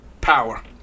Power